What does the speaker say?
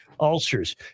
ulcers